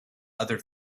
other